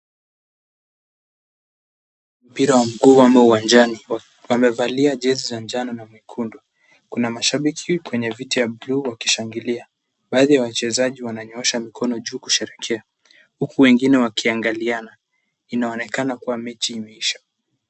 Mpira wa mguu wamo uwanjani. Wamevalia jezi za njano na nyekundu. Kuna mashabiki kwenye viti ya buluu wakishangilia. Baadhi ya wachezaji wananyoosha mikono juu kusherekea, huku wengine wakiangaliana. Inaoenakana kuwa mechi imeisha.